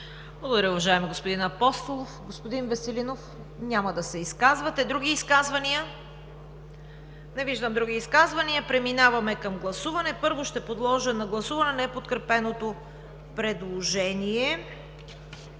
Благодаря Ви, уважаеми господин Апостолов. Господин Веселинов? Няма да се изказвате. Други изказвания? Не виждам. Преминаваме към гласуване. Първо ще подложа на гласуване неподкрепеното предложение